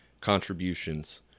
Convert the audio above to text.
contributions